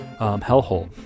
hellhole